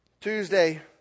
Tuesday